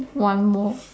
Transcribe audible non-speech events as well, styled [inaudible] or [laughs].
one more [laughs]